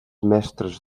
mestres